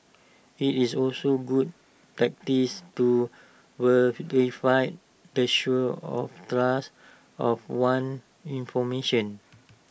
IT is also good practice to the source or trust of one's information